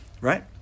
right